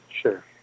Sure